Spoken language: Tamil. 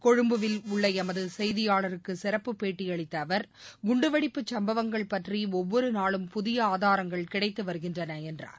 கொழும்புவில் உள்ள எமது செய்தியாளருக்கு சிறப்பு பேட்டியளித்த அவர் குண்டு வெடிப்பு சம்பவங்கள் பற்றி ஒவ்வொரு நாளும் புதிய ஆதாரங்கள் கிடைத்து வருகின்றன என்றார்